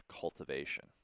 cultivation